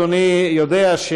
אדוני יודע,